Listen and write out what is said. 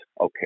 Okay